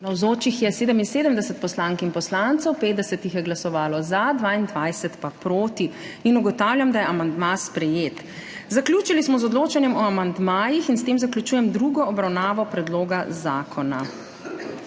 Navzočih je 77 poslank in poslancev, 50 jih je glasovalo za, 22 pa proti. (Za je glasovalo 50.) (Proti 22.) Ugotavljam, da je amandma sprejet. Zaključili smo z odločanjem o amandmajih in s tem zaključujem drugo obravnavo predloga zakona.